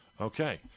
Okay